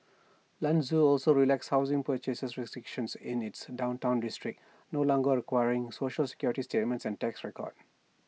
Lanzhou also relaxed housing purchase restrictions in its downtown districts no longer requiring Social Security statement and tax records